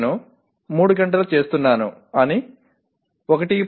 నేను 3 గంటలు చేస్తున్నాను అని 1